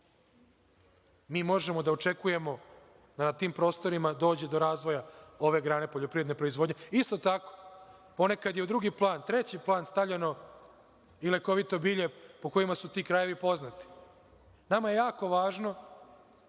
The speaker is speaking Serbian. Mi možemo da očekujemo da na tim prostorima dođe do razvoja ove grane poljoprivredne proizvodnje. Isto tako, ponekad je i u drugi plan, treći plan, stavljeno i lekovito bilje, po kojima su ti krajevi poznati. Nama je jako važno